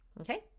okay